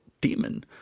demon